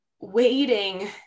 waiting